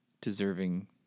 deserving